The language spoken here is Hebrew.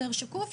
יותר שקוף,